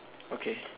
okay